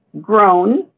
grown